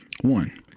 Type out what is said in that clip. One